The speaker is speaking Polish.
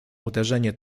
uderzenie